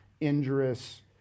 injurious